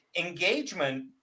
engagement